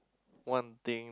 one thing